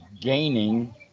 gaining